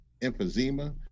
emphysema